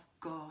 God